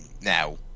now